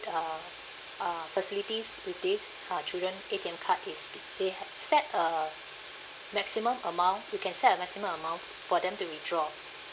uh uh facilities with this uh children A_T_M card is they had set a maximum amount we can set a maximum amount for them to withdraw